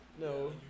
No